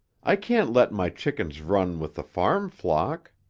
i can't let my chickens run with the farm flock.